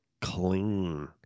clean